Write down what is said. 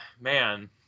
Man